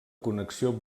connexió